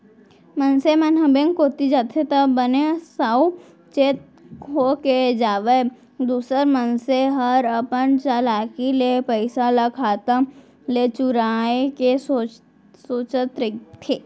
मनसे मन ह बेंक कोती जाथे त बने साउ चेत होके जावय दूसर मनसे हर अपन चलाकी ले पइसा ल खाता ले चुराय के सोचत रहिथे